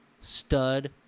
Stud